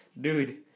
dude